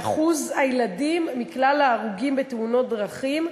20 ילדים נהרגו רק בקיץ האחרון בתאונות דרכים.